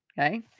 okay